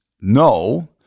no